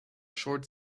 short